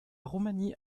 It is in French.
roumanie